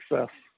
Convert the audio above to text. success